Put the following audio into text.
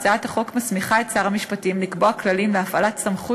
הצעת החוק מסמיכה את שר המשפטים לקבוע כללים להפעלת סמכות